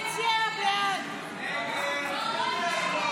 ההסתייגויות לסעיף 09